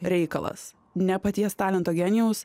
reikalas ne paties talento genijaus